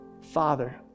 Father